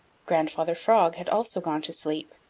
grandfather frog had also gone to sleep.